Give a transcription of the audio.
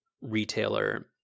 retailer